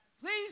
Please